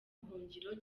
buhungiro